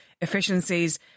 efficiencies